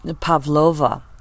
Pavlova